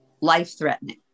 life-threatening